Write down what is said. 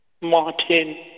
Martin